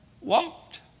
walked